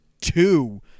two